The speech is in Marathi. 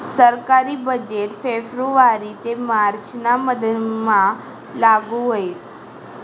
सरकारी बजेट फेब्रुवारी ते मार्च ना मधमा लागू व्हस